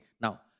now